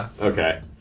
Okay